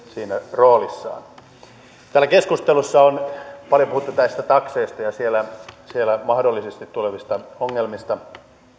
roolissaan täällä keskustelussa on paljon puhuttu näistä takseista ja siellä siellä mahdollisesti tulevista ongelmista